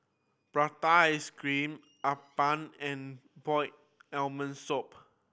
prata ice cream appam and boiled abalone soup